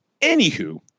Anywho